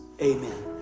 Amen